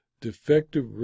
Defective